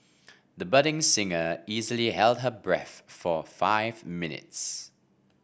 the budding singer easily held her breath for five minutes